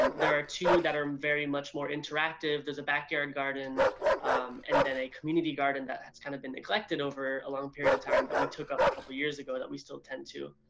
um there are two that are very much more interactive. there's a backyard garden and then a community garden that has kind of been neglected over a long period of time that we took up a couple years ago that we still tend to.